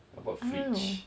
what about fringe